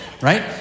right